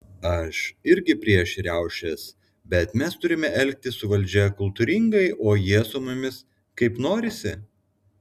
aš irgi prieš riaušės bet mes turime elgtis su valdžia kultūringai o jie su mumis kaip norisi